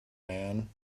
man